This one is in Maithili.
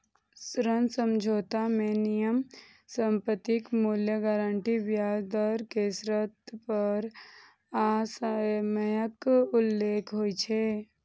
ऋण समझौता मे नियम, संपत्तिक मूल्य, गारंटी, ब्याज दर के शर्त आ समयक उल्लेख होइ छै